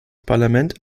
parlament